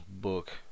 book